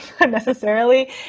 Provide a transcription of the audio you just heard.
unnecessarily